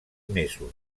mesos